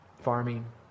Farming